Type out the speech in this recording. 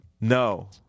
No